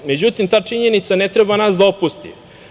Međutim, ta činjenica ne treba nas da opusti.